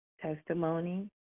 testimony